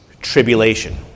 tribulation